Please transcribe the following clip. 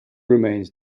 remains